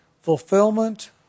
fulfillment